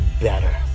better